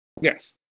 Yes